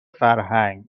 فرهنگ